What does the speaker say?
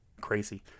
crazy